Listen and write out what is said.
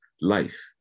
life